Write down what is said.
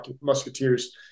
Musketeers